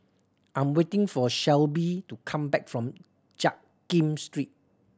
I am waiting for Shelbie to come back from Jiak Kim Street